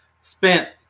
spent